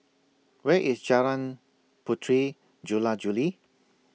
Where IS Jalan Puteri Jula Juli